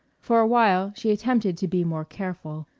for a while she attempted to be more careful.